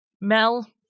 Mel